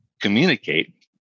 communicate